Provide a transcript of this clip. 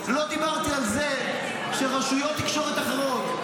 לא דיברתי על זה שרשויות תקשורת אחרות,